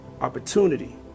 opportunity